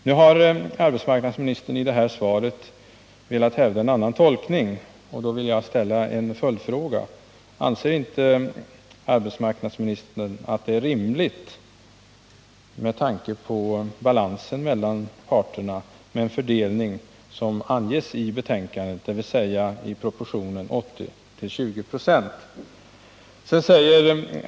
Nu har arbetsmarknadsministern i sitt svar velat hävda en annan tolkning, och jag vill då ställa en följdfråga: Anser inte arbetsmarknadsministern att det är rimligt, med tanke på balansen mellan parterna, med en sådan fördelning som anges i betänkandet, dvs. proportionen 80-20?